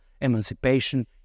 emancipation